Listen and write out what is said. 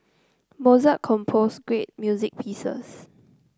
Mozart composed great music pieces